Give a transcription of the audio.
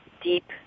deep